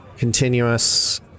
Continuous